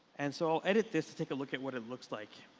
and so i'll edit this to take a look at what it looks like.